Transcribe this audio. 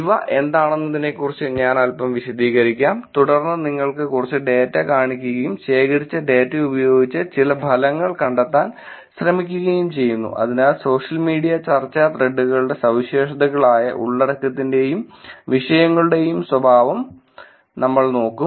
ഇവ എന്താണെന്നതിനെക്കുറിച്ച് ഞാൻ അൽപ്പം വിശദീകരിക്കാം തുടർന്ന് നിങ്ങൾക്ക് കുറച്ച് ഡാറ്റ കാണിക്കുകയും ശേഖരിച്ച ഡാറ്റ ഉപയോഗിച്ച് ചില ഫലങ്ങൾ കണ്ടെത്താൻ ശ്രമിക്കുകയും ചെയ്യുന്നു അതിനാൽ സോഷ്യൽ മീഡിയ ചർച്ചാ ത്രെഡുകളുടെ സവിശേഷതകളായ ഉള്ളടക്കത്തിന്റെയും വിഷയങ്ങളുടെയും സ്വഭാവും നമ്മൾ നോക്കും